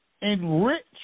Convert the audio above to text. enrich